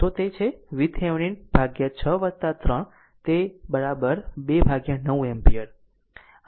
તો તે છે VThevenin વિભાજિત 6 3 તે 29 એમ્પીયર